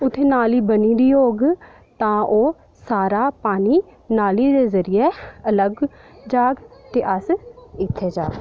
उत्थें नाली बनी दी होग तां ओह् सारा पानी नाली दे जरिये अलग जाह्ग ते अस इत्थें जाह्गे